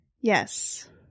yes